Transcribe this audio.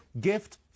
GIFT